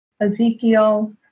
Ezekiel